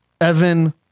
Evan